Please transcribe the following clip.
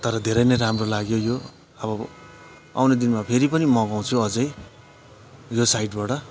तर धेरै नै राम्रो लाग्यो यो अब आउने दिनमा फेरि पनि मगाउँछु अझै यो साइटबाट